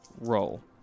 Roll